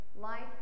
life